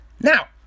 now